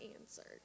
answered